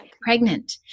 pregnant